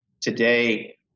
Today